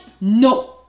No